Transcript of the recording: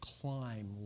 climb